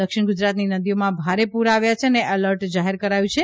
દક્ષિણ ગુજરાતની નદીઓમાં ભારે પુર આવ્યા છે અને એલર્ટ જાહેર કરાયું છે